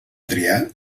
triar